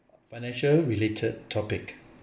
financial related topic